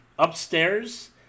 Upstairs